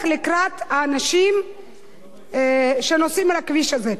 לקראת האנשים שנוסעים על הכביש הזה.